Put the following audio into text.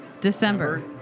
December